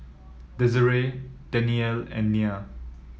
Desiree Danielle and Nyah